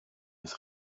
des